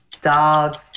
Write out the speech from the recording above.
Dogs